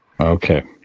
Okay